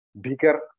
Bigger